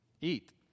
eat